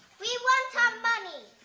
we want our money.